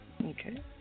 Okay